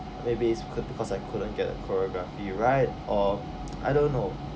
maybe it's bec~ because I couldn't get a choreography right or I don't know